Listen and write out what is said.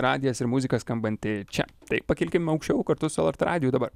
radijas ir muzika skambanti čia tai pakilkim aukščiau kartu su lrt radiju dabar